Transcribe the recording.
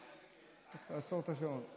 תעצור את השעון.